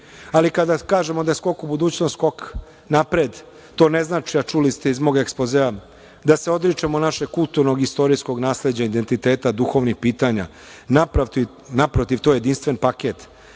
kada kažemo da je „Skok u budućnost“ skok napred, to ne znači, a čuli ste iz mog ekspozea, da se odričemo našeg kulturnog i istorijskog nasleđa, identiteta, duhovnih pitanja. Naprotiv, to je jedinstven paket.